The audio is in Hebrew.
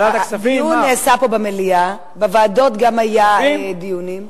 הדיון נעשה פה במליאה, בוועדות גם היו דיונים.